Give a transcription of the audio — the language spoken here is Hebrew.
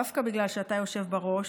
דווקא בגלל שאתה יושב בראש,